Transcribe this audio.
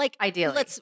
Ideally